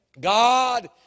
God